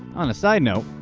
on a side note,